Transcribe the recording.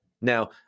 Now